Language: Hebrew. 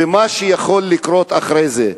ומה שיכול לקרות אחרי זה.